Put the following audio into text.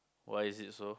why is it so